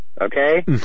okay